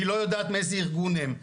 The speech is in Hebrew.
היא לא יודעת מאיזה ארגון הם,